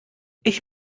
ich